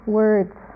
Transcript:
words